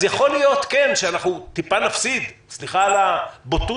אז יכול להיות שאנחנו טיפה נפסיד סליחה על הבוטוּת